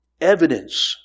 evidence